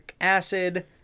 acid